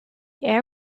air